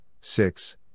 six